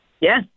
Yes